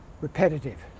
repetitive